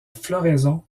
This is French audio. floraison